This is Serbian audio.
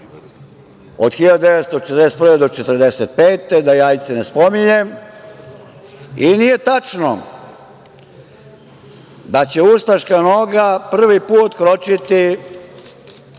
do 1945. godine, da Jajce ne spominjem. Nije tačno da će ustaška noga prvi put kročiti